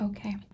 Okay